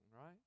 right